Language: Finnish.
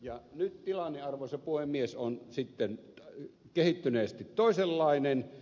ja nyt tilanne arvoisa puhemies on sitten kehittyneesti toisenlainen